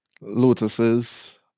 lotuses